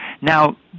Now